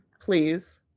Please